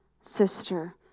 sister